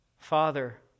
Father